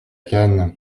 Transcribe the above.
cannes